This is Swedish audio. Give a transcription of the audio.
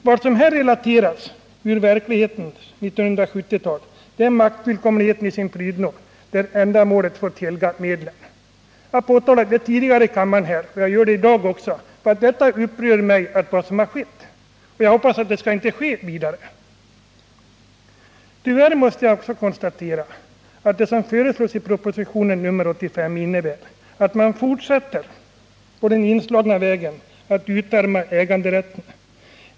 Vad som här relaterats ur verklighetens 1970-tal är maktfullkomligheten i sin prydno där ändamålet har fått helga medlen. Jag har påtalat detta tidigare i kammaren och gör det också i dag. Vad som har skett upprör mig, och jag hoppas att det inte skall ske i fortsättningen. Tyvärr måste jag också konstatera att det som föreslås i propositionen 1978/79:85 innebär att man fortsätter på den inslagna vägen att ”utarma” äganderätten.